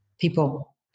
people